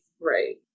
right